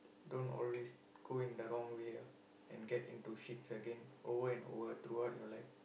don't always go in the wrong way ah and get into shits again over and over throughout your life